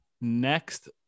next